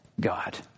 God